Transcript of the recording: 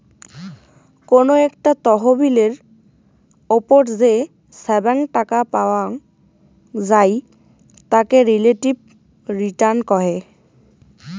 কোনো একটা তহবিলের ওপর যে ছাব্যাং টাকা পাওয়াং যাই তাকে রিলেটিভ রিটার্ন কহে